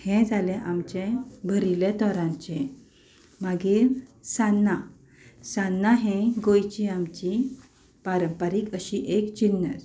हें जालें आमचें भरिल्लें तोरांचें मागीर सान्नां सान्नां हें गोंयचीं आमचीं पारंपारीक अशी एक जिनस